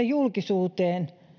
julkisuuteen